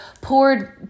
poured